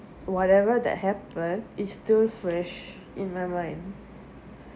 whatever that happen is still fresh in my mind